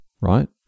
right